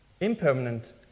impermanent